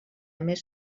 més